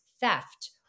theft